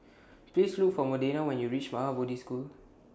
Please Look For Modena when YOU REACH Maha Bodhi School